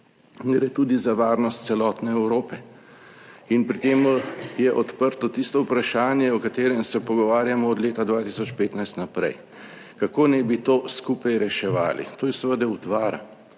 gre tudi za varnost celotne Evrope. Pri tem je odprto tisto vprašanje, o katerem se pogovarjamo od leta 2015 naprej, kako naj bi to skupaj reševali. To je seveda utvara,